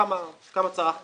כמה כסף צרכת.